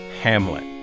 Hamlet